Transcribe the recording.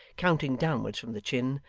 counting downwards from the chin,